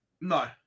No